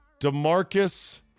Demarcus